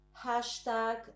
hashtag